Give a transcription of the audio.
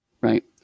Right